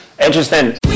Interesting